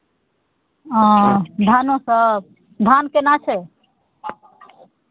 हँ धानोसभ धान केना छै